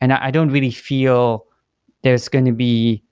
and i don't really feel there's going to be